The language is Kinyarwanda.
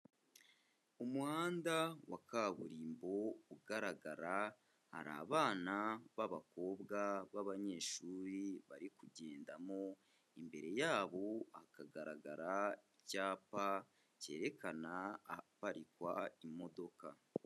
Umuhanda wa kaburimbo ugaragara hari abana b'abakobwa b'abanyeshuri bari kugendamo, imbere yabo hakagaragara icyapa cyerekana ahaparikwa imodoka.